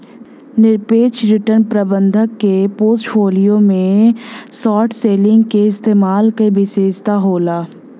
निरपेक्ष रिटर्न प्रबंधक के पोर्टफोलियो में शॉर्ट सेलिंग के इस्तेमाल क विशेषता होला